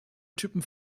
typen